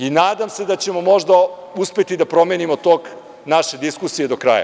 I nadam se da ćemo možda uspeti da promenimo tok naše diskusije do kraja.